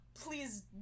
Please